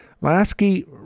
Lasky